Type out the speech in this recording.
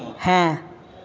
হ্যাঁ